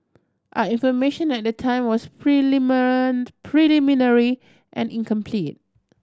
our information at the time was preliminary and incomplete